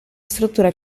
struttura